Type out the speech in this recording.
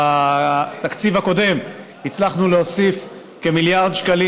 בתקציב הקודם הצלחנו להוסיף כמיליארד שקלים